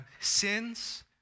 sins